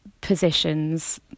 positions